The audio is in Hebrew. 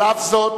על אף זאת,